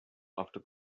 after